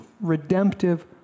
redemptive